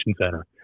center